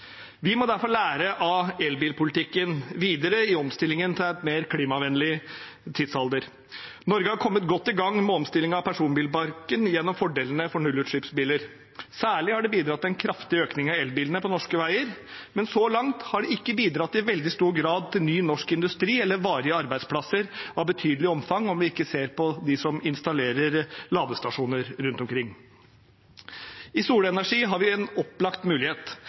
Vi må derfor lære av elbilpolitikken videre i omstillingen til en mer klimavennlig tidsalder. Norge har kommet godt i gang med omstillingen av personbilparken gjennom fordelene for nullutslippsbiler. Særlig har dette bidratt til en kraftig økning av elbiler på norske veier, men så langt har det ikke bidratt i veldig stor grad til ny norsk industri eller varige arbeidsplasser av betydelig omfang, om vi ikke ser på de som installerer ladestasjoner rundt omkring. I solenergi har vi en opplagt mulighet.